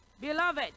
Beloved